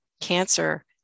cancer